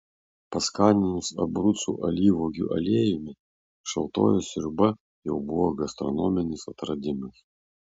paskaninus abrucų alyvuogių aliejumi šaltoji sriuba jau buvo gastronominis atradimas